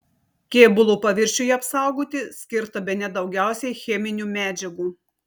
kėbulo paviršiui apsaugoti skirta bene daugiausiai cheminių medžiagų